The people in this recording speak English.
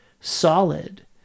solid